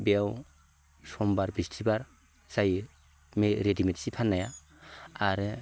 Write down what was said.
बेयाव समबार बिस्तिबार जायो रेदिमेड सि फान्नाया आरो